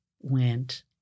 went